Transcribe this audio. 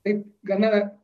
taip gana